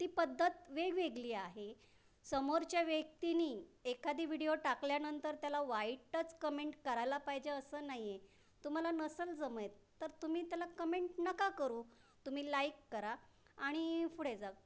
ती पद्धत वेगवेगळी आहे समोरच्या व्यक्तीनी एखादी विडिओ टाकल्यानंतर त्याला वाईटच कमेंट करायला पाहिजे असं नाही आहे तुम्हाला नसेल जमत तर तुम्ही त्याला कमेंट नका करू तुम्ही लाईक करा आणि पुढे जा